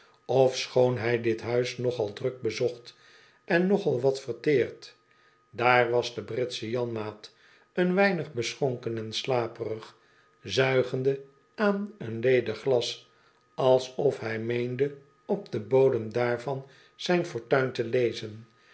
ofschoon hi dit huis nogal druk bezoekt en nogal wat verteert daar was de britsche janmaat een weinig beschonken en slaperig zuigende aan een ledig glas alsof hij meende op den bodem daarvan zijn fortuin te lezen